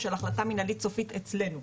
של החלטה מנהלית סופית אצלנו.